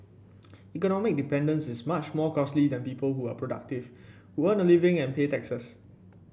economic dependence is much more costly than people who are productive who earn a living and pay taxes